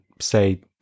say